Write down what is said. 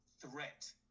threat